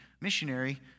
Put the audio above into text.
missionary